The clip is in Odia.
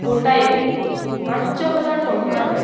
ଗୋଟାଏ ପାଞ୍ଚ ହଜାର ଟଙ୍କାର